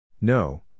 No